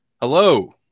Hello